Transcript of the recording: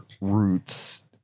roots